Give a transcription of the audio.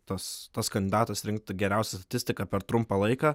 tas tas kandidatas rinkti geriausią statistiką per trumpą laiką